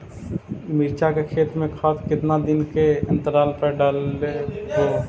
मिरचा के खेत मे खाद कितना दीन के अनतराल पर डालेबु?